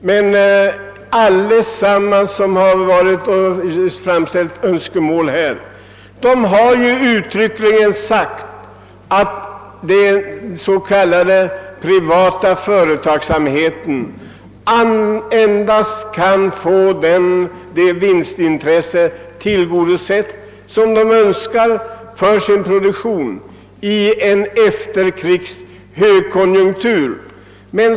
Men alla som framställt önskemål i debatten har uttryckligen sagt, att den s.k. privata företagsamheten kan = tillgodose sitt vinstintresse endast i en efterkrigshögkonjunktur.